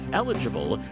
eligible